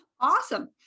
Awesome